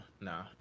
nah